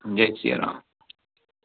Jai Siya Ram